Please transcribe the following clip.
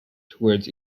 towards